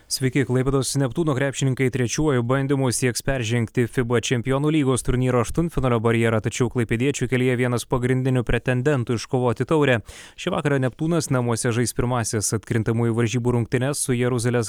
sveiki klaipėdos neptūno krepšininkai trečiuoju bandymu sieks peržengti fiba čempionų lygos turnyro aštuntfinalio barjerą tačiau klaipėdiečių kelyje vienas pagrindinių pretendentų iškovoti taurę šį vakarą neptūnas namuose žais pirmąsias atkrintamųjų varžybų rungtynes su jeruzalės